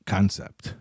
concept